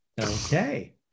Okay